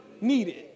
needed